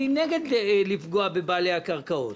אני נגד לפגוע בבעלי הקרקעות.